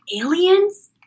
aliens